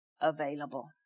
available